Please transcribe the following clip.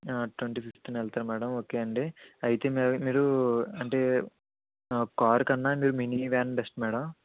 twenty ఫిఫ్త్న వెళ్తా madam okay అండి అయితే మ్య మీరు అంటే కార్ కన్నా మినీ వ్యాన్ బెస్ట్ మేడం